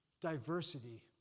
diversity